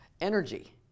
energy